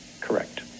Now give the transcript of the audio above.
Correct